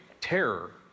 terror